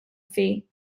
thi